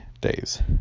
days